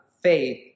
faith